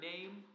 name